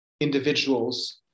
individuals